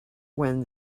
when